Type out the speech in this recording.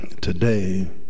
Today